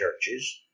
churches